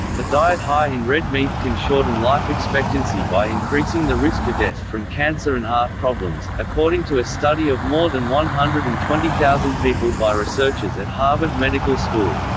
diet high in red meat can shorten life expectancy by increasing the risk of death from cancer and heart problems, according to a study of more than one hundred and twenty thousand people by researchers at harvard medical school.